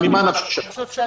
ממה נפשך?